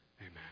Amen